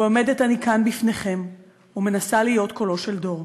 ועומדת אני כאן בפניכם ומנסה להיות קולו של דור,